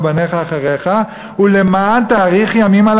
ולבניך אחריך ולמען תאריך ימים על